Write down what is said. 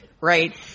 Right